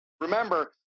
Remember